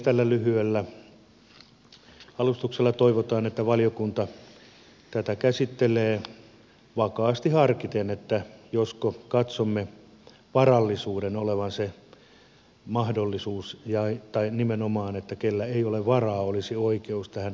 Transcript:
tällä lyhyellä alustuksella toivotaan että valiokunta tätä käsittelee vakaasti harkiten josko katsomme nimenomaan niin että sillä kenellä ei ole varaa olisi oikeus tähän ilmaiseen kalastukseen